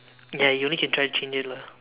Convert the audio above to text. ya you only can try change it lah